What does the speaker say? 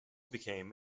became